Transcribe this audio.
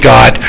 God